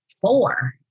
four